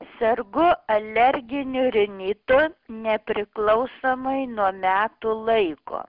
sergu alerginiu rinitu nepriklausomai nuo metų laiko